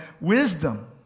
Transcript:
wisdom